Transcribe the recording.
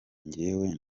jyewe